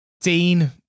Dean